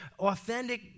authentic